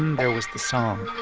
there was the song.